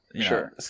sure